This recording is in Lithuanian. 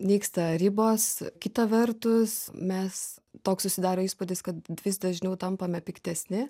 nyksta ribos kita vertus mes toks susidaro įspūdis kad vis dažniau tampame piktesni